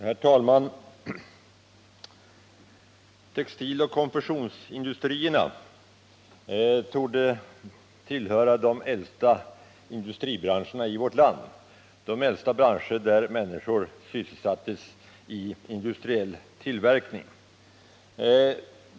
Herr talman! Textiloch konfektionsindustrierna torde tillhöra de äldsta branscher i vårt land där människor har sysselsatts i industriell tillverkning.